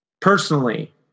personally